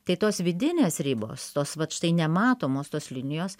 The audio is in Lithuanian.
tai tos vidinės ribos tos vat štai nematomos tos linijos